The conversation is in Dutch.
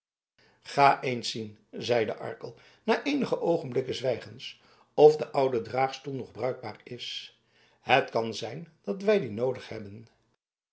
ga eens zien zeide arkel na eenige oogenblikken zwijgens of de oude draagstoel nog bruikbaar is het kan zijn dat wij dien noodig hebben